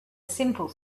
simple